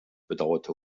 bedauerte